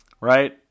Right